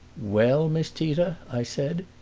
well, miss tita, i said,